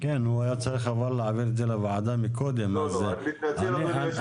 אני מתנצל, אדוני היושב-ראש.